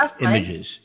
images